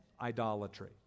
idolatry